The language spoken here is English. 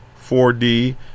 4D